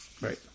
Right